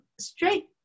straight